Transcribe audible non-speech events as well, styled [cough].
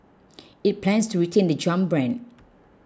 [noise] it plans to retain the Jump brand